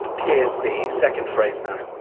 here's the second phrase now.